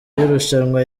y’irushanwa